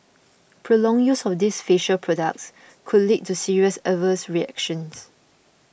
prolonged use of these facial products could lead to serious adverse reactions